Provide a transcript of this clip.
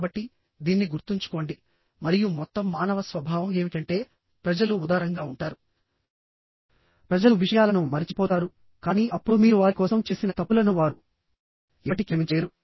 కాబట్టి దీన్ని గుర్తుంచుకోండి మరియు మొత్తం మానవ స్వభావం ఏమిటంటే ప్రజలు ఉదారంగా ఉంటారు ప్రజలు విషయాలను మరచిపోతారు కానీ అప్పుడు మీరు వారి కోసం చేసిన తప్పులను వారు ఎప్పటికీ క్షమించలేరు